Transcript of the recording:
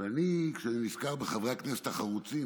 כשאני נזכר בחברי הכנסת החרוצים,